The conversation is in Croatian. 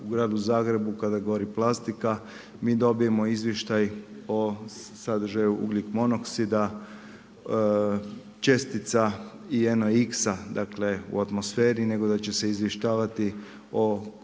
u Gradu Zagrebu, kada gori plastika, mi dobijemo izvještaj o sadržaju ugljik monoksida, čestica …/Govornik se ne razumije./… dakle u atmosferi nego da će se izvještavati o